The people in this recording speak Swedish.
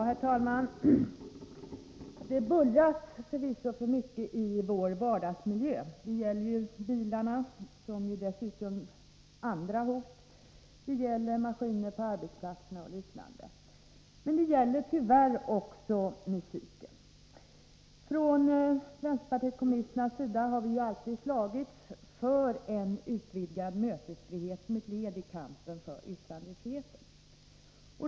Herr talman! Det bullras förvisso för mycket i vår vardagsmiljö. Det gäller bilarna, som dessutom utgör ett annat hot, det gäller maskiner på arbetsplatserna och liknande. Men det gäller tyvärr också musiken. Från vpk:s sida har vi alltid slagits för en utvidgning av mötesfriheten som ett led i kampen för yttrandefriheten.